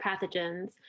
pathogens